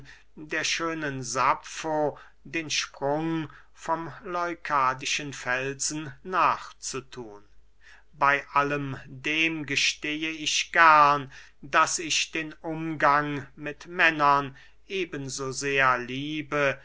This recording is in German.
der schönen saffo den sprung vom leukadischen felsen nachzuthun bey allem dem gestehe ich gern daß ich den umgang mit männern eben so sehr liebe